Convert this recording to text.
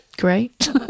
great